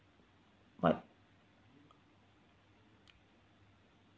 what